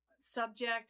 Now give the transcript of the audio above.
subject